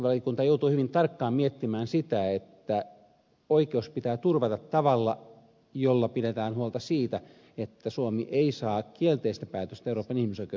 perustuslakivaliokunta joutui hyvin tarkkaan miettimään sitä että oikeus pitää turvata tavalla jolla pidetään huolta siitä että suomi ei saa kielteistä päätöstä euroopan ihmisoikeustuomioistuimelta